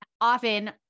often